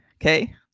okay